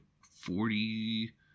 forty